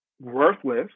worthless